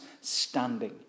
standing